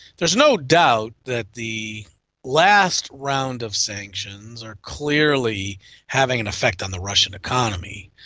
there's no doubt that the last round of sanctions are clearly having an effect on the russian economy.